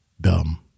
Dumb